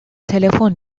تلفن